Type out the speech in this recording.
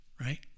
right